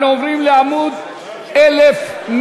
אנחנו עוברים לעמוד 1116,